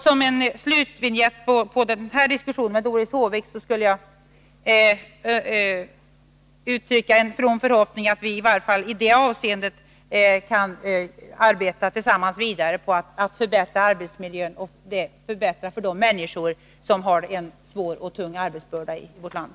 Som slutvinjett till diskussionen med Doris Håvik skulle jag vilja uttrycka en from förhoppning om att vi i varje fall i detta avseende kan arbeta vidare tillsammans med att förbättra arbetsmiljön och förbättra för de människor som har en svår och tung arbetsbörda i vårt land.